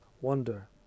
wonder